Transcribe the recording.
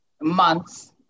months